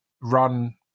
run